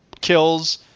kills